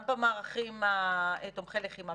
גם במערכי תומכי הלחימה,